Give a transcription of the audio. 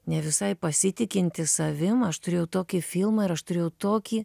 ne visai pasitikinti savim aš turėjau tokį filmą ir aš turėjau tokį